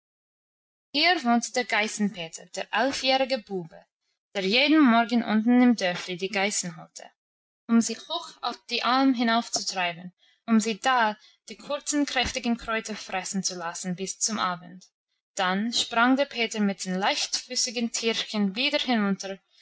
hier wohnte der geißenpeter der elfjährige bube der jeden morgen unten im dörfli die geißen holte um sie hoch auf die alm hinaufzutreiben um sie da die kurzen kräftigen kräuter fressen zu lassen bis zum abend dann sprang der peter mit den leichtfüßigen tierchen wieder herunter